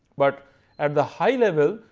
but at the high level,